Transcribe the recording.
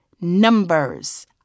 numbers